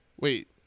wait